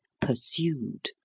pursued